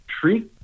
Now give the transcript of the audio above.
tree